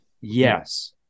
Yes